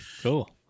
cool